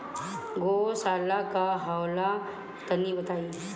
गौवशाला का होला तनी बताई?